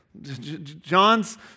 John's